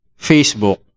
Facebook